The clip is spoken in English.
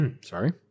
Sorry